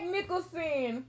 Nicholson